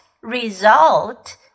result